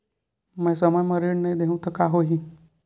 मैं समय म ऋण नहीं देहु त का होही